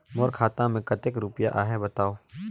मोर खाता मे कतेक रुपिया आहे बताव?